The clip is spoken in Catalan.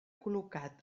col·locat